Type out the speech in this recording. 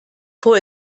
vor